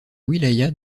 wilaya